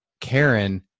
Karen